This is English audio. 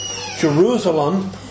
Jerusalem